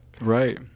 right